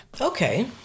Okay